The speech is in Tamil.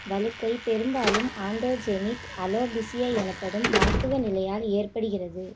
வழுக்கை பெரும்பாலும் ஆண்ட்ரோஜெனிக் அலோபீசியா எனப்படும் மருத்துவ நிலையால் ஏற்படுகிறது